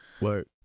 Work